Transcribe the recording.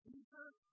Jesus